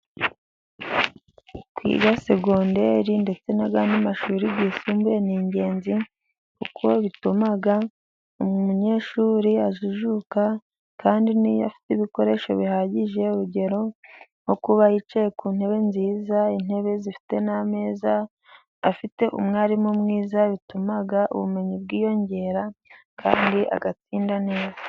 Kwiga segonderi ndetse n'andi mashuri yisumbuye ni ingenzi kuko bituma umunyeshuri ajijuka kandi niyo afite ibikoresho bihagije, urugero nko kuba yicaye ku ntebe nziza, intebe zifite n'ameza, afite umwarimu mwiza bituma ubumenyi bwiyongera, kandi agatsinda neza.